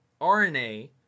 RNA